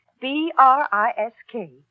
B-R-I-S-K